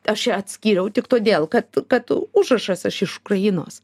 aš atskyriau tik todėl kad kad užrašas aš iš ukrainos